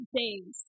days